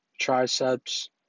triceps